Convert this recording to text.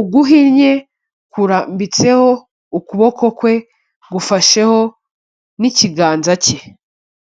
uguhinnye kurambitseho ukuboko kwe, gufasheho n'ikiganza cye.